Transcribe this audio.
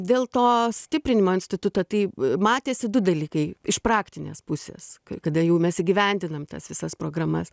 dėl to stiprinimo instituto tai matėsi du dalykai iš praktinės pusės kada jau mes įgyvendinam tas visas programas